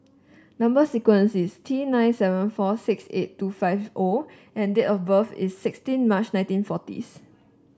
number sequence is T nine seven four six eight two five O and date of birth is sixteen March nineteen forties